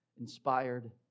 inspired